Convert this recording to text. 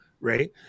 right